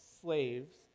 slaves